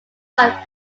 life